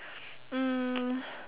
mm